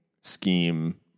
scheme